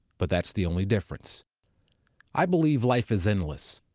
but that's the only difference i believe life is endless.